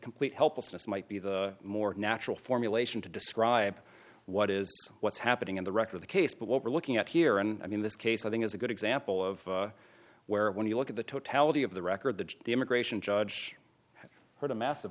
complete helplessness might be the more natural formulation to describe what is what's happening in the wreck of the case but what we're looking at here and i mean this case i think is a good example of where when you look at the totality of the record the judge the immigration judge heard a massive